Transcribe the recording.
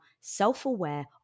self-aware